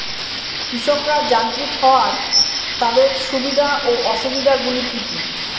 কৃষকরা যান্ত্রিক হওয়ার তাদের সুবিধা ও অসুবিধা গুলি কি কি?